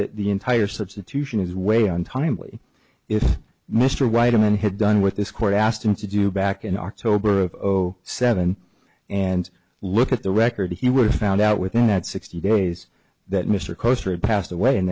that the entire substitution is way on timely if mr white i'm in had done with this court asked him to do back in october of zero seven and look at the record he was found out within that sixty days that mr costard passed away and